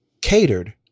catered